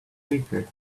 weaker